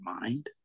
mind